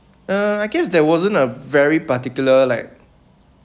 uh I guess there wasn't a very particular like